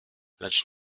lecz